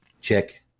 check